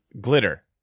glitter